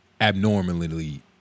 abnormally